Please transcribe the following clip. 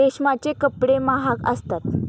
रेशमाचे कपडे महाग असतात